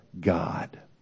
God